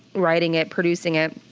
writing it, producing it,